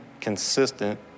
consistent